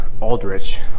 Aldrich